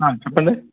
చెప్పండి